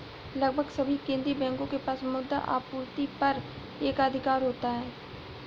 लगभग सभी केंदीय बैंकों के पास मुद्रा आपूर्ति पर एकाधिकार होता है